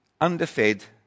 underfed